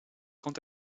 quant